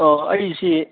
ꯑꯥ ꯑꯩꯁꯤ